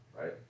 right